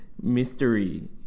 mystery